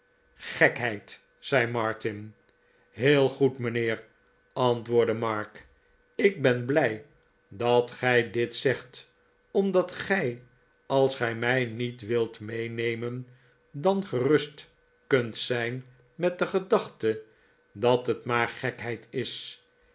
gekheid zei martin heel goed mijnheer antwoordde mark ik ben blij dat gij dit zegt omdat gij als gij mij niet wilt meenemen dan gerust kunt zijn met de gedachte dat het maar gekheid is